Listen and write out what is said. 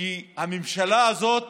כי הממשלה הזאת